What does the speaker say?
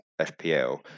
FPL